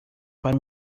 para